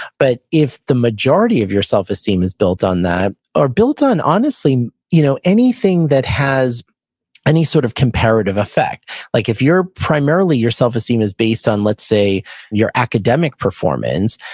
but if the majority of your self esteem is built on that, or built on honestly you know anything that has any sort of comparative effect like if primarily your self esteem is based on let's say your academic performance,